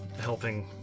helping